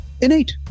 innate